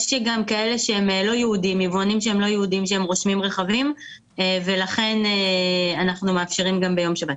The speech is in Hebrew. יש גם יבואנים לא יהודים שרושמים רכבים ולכן אנחנו מאפשרים גם ביום שבת.